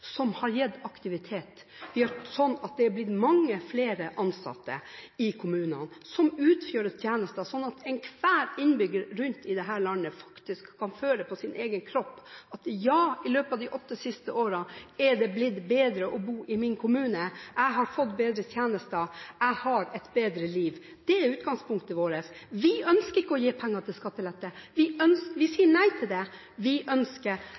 som har gitt aktivitet. Det har blitt mange flere ansatte i kommunene som utfører tjenester, slik at enhver innbygger rundt omkring i landet faktisk kan føle på sin egen kropp at ja, i løpet av de åtte siste årene har det blitt bedre å bo i min kommune, jeg har fått bedre tjenester, jeg har et bedre liv. Det er utgangspunktet vårt. Vi ønsker ikke å gi penger til skattelette, vi sier nei til det. Vi ønsker